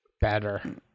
Better